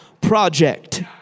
project